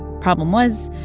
problem was,